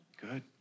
Good